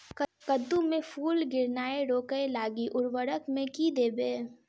कद्दू मे फूल गिरनाय रोकय लागि उर्वरक मे की देबै?